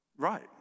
Right